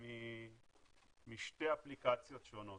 משתי אפליקציות שונות.